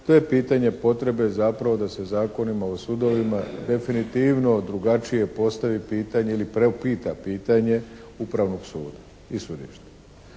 To je pitanje potrebe zapravo da se zakonima o sudovima definitivno drugačije postavi pitanje ili preupita pitanje upravnog suda i sudišta.